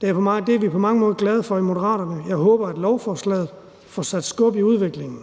Det er vi på mange måder glade for i Moderaterne. Jeg håber, at lovforslaget får sat skub i udviklingen,